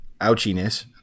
ouchiness